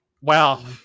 Wow